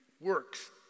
works